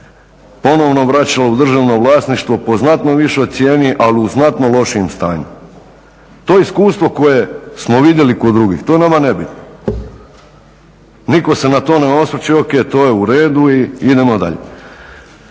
ponovno vraćala u državno vlasništvo po znatno višoj cijeni ali u znatno lošijem stanju. To iskustvo koje smo vidjeli kod drugih to je nama nebitno. Nitko se na to ne osvrće, o.k. to je uredu i idemo dalje.